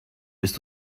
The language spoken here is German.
bist